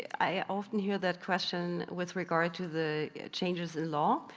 i often hear that question with regard to the changes in law.